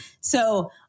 So-